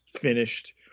finished